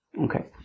Okay